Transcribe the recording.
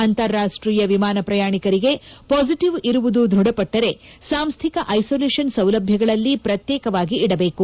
ಅಂತಾರಾಷ್ಷೀಯ ವಿಮಾನ ಪ್ರಯಾಣಿಕರಿಗೆ ಪಾಸಿಟಿವ್ ಇರುವುದು ದೃಢಪಟ್ಟರೆ ಸಾಂಸ್ಟಿಕ ಐಸೊಲೇಷನ್ ಸೌಲಭ್ಯಗಳಲ್ಲಿ ಪ್ರತ್ಯೇಕವಾಗಿ ಇಡಬೇಕು